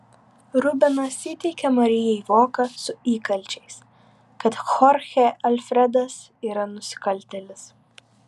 rubenas įteikia marijai voką su įkalčiais kad chorchė alfredas yra nusikaltėlis